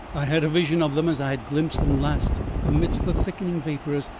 i had a vision of them as i had glimpsed them last amidst the thickening vapors,